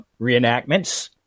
reenactments